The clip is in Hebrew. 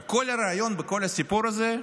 כל הרעיון בסיפור הזה,